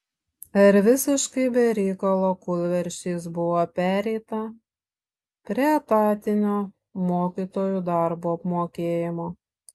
ir visiškai be reikalo kūlversčiais buvo pereita prie etatinio mokytojų darbo apmokėjimo